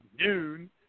noon